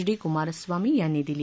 D Kumaraswamy यांनी दिली